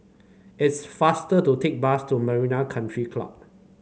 it's faster to take bus to Marina Country Club